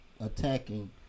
attacking